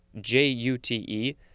J-U-T-E